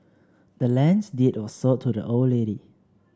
the land's deed was sold to the old lady